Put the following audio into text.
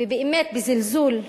ובאמת בזלזול,